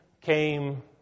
came